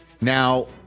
now